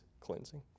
cleansing